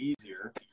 easier